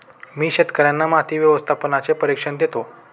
मी शेतकर्यांना माती व्यवस्थापनाचे प्रशिक्षण देतो